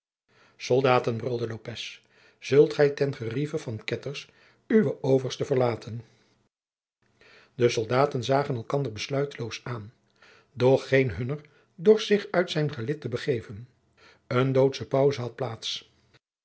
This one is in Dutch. brulde lopez zult gij ten gerieve van ketters uwe oversten verlaten de soldaten zagen elkander besluiteloos aan doch geen hunner dorst zich uit zijn gelid te begeven eene doodsche pauze had plaats